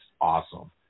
awesome